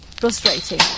Frustrating